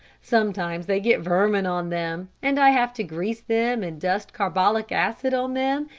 sometimes they get vermin on them, and i have to grease them and dust carbolic acid on them,